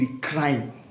crying